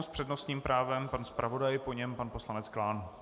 S přednostním právem pan zpravodaj, po něm pan poslanec Klán.